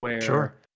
Sure